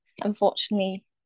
Unfortunately